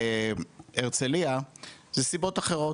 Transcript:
בהרצליה זה סיבות אחרות,